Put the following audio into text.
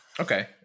Okay